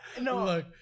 no